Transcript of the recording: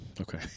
Okay